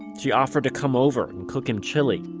she offered to come over and cook him chili.